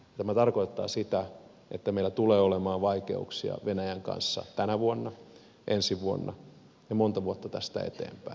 tämä tarkoittaa sitä että meillä tulee olemaan vaikeuksia venäjän kanssa tänä vuonna ensi vuonna ja monta vuotta tästä eteenpäin